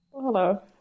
Hello